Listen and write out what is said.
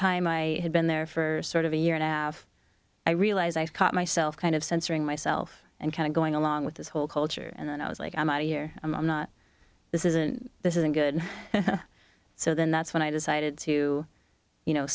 time i had been there for sort of a year and a half i realize i've caught myself kind of censoring myself and kind of going along with this whole culture and then i was like i'm out here i'm not this isn't this isn't good so then that's when i decided to you know